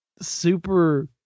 super